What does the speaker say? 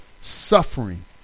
Suffering